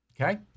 Okay